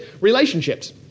relationships